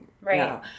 Right